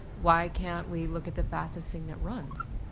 why can't we look at the fastest thing that runs?